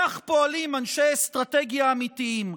כך פועלים אנשי אסטרטגיה אמיתיים,